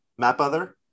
Mapother